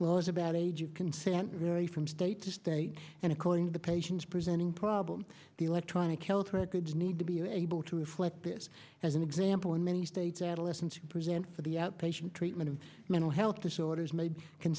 laws about age of consent vary from state to state and according to the patients presenting problem the electronic health records need to be able to reflect this as an example in many states adolescents who present for the outpatient treatment of mental health disorders made c